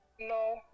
No